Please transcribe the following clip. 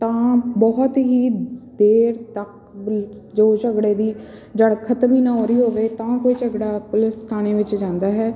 ਤਾਂ ਬਹੁਤ ਹੀ ਦੇਰ ਤੱਕ ਜੋ ਝਗੜੇ ਦੀ ਜੜ ਖਤਮ ਹੀ ਨਾ ਹੋ ਰਹੀ ਹੋਵੇ ਤਾਂ ਕੋਈ ਝਗੜਾ ਪੁਲਿਸ ਥਾਣੇ ਵਿੱਚ ਜਾਂਦਾ ਹੈ